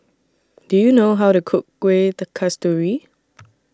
Do YOU know How to Cook Kuih Kasturi